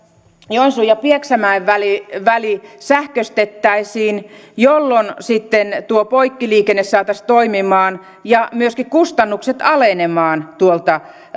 joensuun ja pieksämäen väli väli sähköistettäisiin jolloin sitten tuo poikkiliikenne saataisiin toimimaan ja myöskin kustannukset alenemaan tuolta